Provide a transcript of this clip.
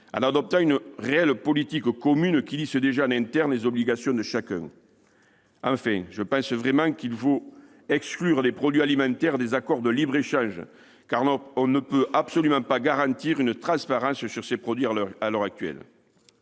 en adoptant une réelle politique commune qui lisse déjà en interne les obligations de chacun. Enfin, je pense vraiment qu'il faut exclure les produits alimentaires des accords de libre-échange, car on ne peut absolument pas garantir une transparence sur ces produits à l'heure actuelle.